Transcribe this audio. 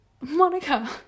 Monica